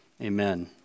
amen